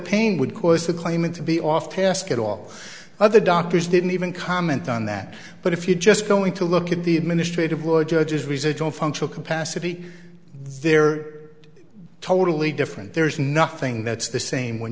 pain would cause the claimant to be off task at all other doctors didn't even comment on that but if you're just going to look at the administrative law judges research on functional capacity they're totally different there's nothing that's the same when